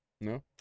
No